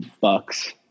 bucks